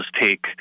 take